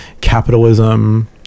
capitalism